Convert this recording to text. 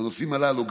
בנושאים הללו,